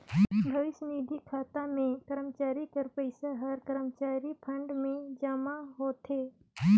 भविस्य निधि खाता में करमचारी कर पइसा हर करमचारी फंड में जमा होथे